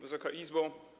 Wysoka Izbo!